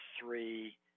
three